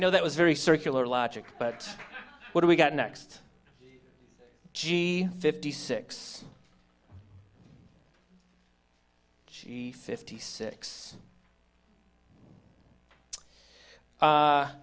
know that was very circular logic but what do we got next g fifty six fifty six a